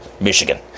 Michigan